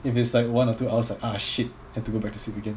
if it's like one or two hours like ah shit have to go back to sleep again